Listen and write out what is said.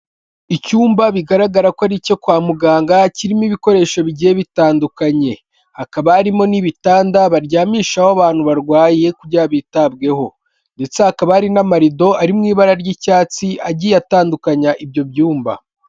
Icyumba bigaragara ko ari icyo kwa muganga kirimo ibikoresho bigiye bitandukanye, hakaba harimo n'ibitanda baryamishaho abantu barwaye kugira ngo bitabweho, ndetse hakaba hari n'amarido ari mu ibara ry'icyatsi agiye atandukanya ibyo byumba.